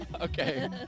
Okay